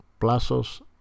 Plazos